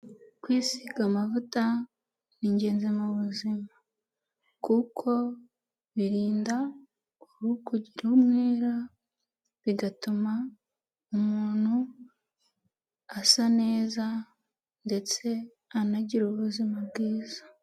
Kwisiga amavuta ni ingenzi mu buzima, kuko birinda uruhu kugira umwera, bigatuma umuntu asa neza ndetse anagira ubuzima bwiza.